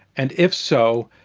and if so,